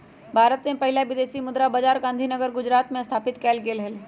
भारत के पहिला विदेशी मुद्रा बाजार गांधीनगर गुजरात में स्थापित कएल गेल हइ